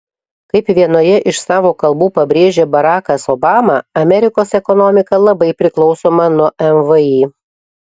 kaip vienoje iš savo kalbų pabrėžė barakas obama amerikos ekonomika labai priklausoma nuo mvį